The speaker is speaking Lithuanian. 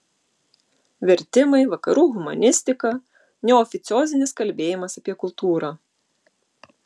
vertimai vakarų humanistika neoficiozinis kalbėjimas apie kultūrą